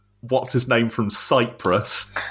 what's-his-name-from-Cyprus